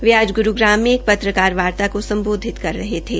वे आज ग्रूग्राम में एक पत्रकार वार्ता को सम्बोधित कर रहे थे